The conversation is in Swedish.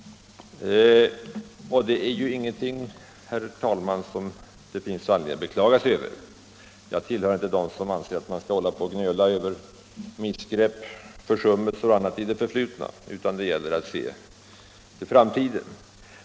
Det är ingenting att beklaga sig över. Jag tillhör inte dem som anser att man skall gnöla över missgrepp och försummelser i det förflutna utan anser att det gäller att se till framtiden.